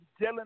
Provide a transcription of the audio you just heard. Dylan